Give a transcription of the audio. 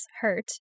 Hurt